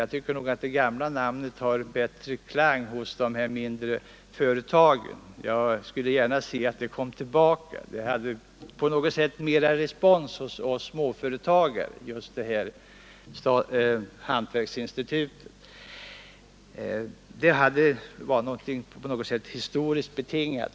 Jag anser faktiskt att det gamla namnet har bättre klang hos de mindre företagen — jag skulle gärna se att det kom tillbaka. Hantverksinstitutet hade på något sätt mera respons hos oss småföretagare; det var på något sätt historiskt betingat.